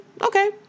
Okay